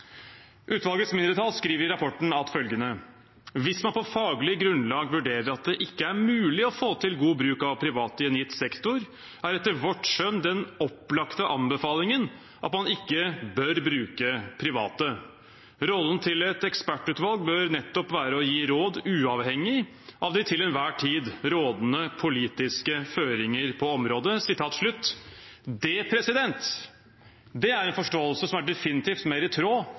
Utvalgets mindretall skriver i rapporten følgende: «Dersom man på faglig grunnlag vurderer at det ikke er mulig å få til god bruk av private i en gitt sektor, er etter vårt skjønn den opplagte anbefalingen at man ikke bør bruke private. Rollen til et ekspertutvalg bør nettopp være å gi råd uavhengig av de til enhver tid rådende politiske føringer på området.» Det er en forståelse som definitivt er mer i tråd